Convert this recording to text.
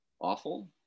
awful